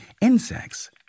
insects